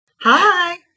Hi